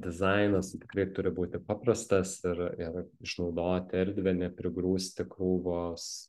dizainas tikrai turi būti paprastas ir ir išnaudoti erdvę neprigrūsti krūvos